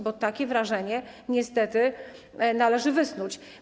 Bo takie wrażenie niestety należy wysnuć.